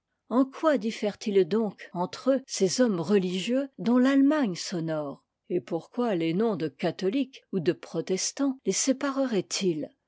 en quoi diffèrent ils donc entre eux ces hommes religieux dont l'allemagne s'honore et pourquoi les noms de catholique ou de protestant les